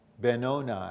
Benoni